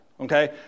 okay